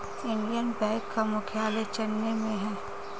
Indian Bank का मुख्यालय चेन्नई में है